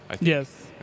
Yes